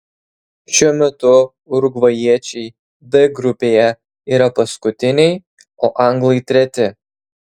šiuo metu urugvajiečiai d grupėje yra paskutiniai o anglai treti